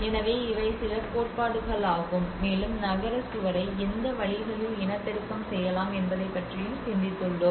எனவே இவை சில கோட்பாடுகளாகும் மேலும் நகர சுவரை எந்த வழிகளில் இனப்பெருக்கம் செய்யலாம் என்பதைப் பற்றியும் சிந்தித்துள்ளோம்